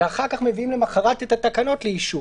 ואחר כך מביאים למוחרת את התקנות לאישור.